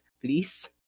please